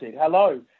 Hello